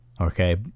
okay